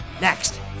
next